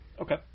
Okay